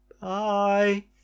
Bye